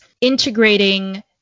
integrating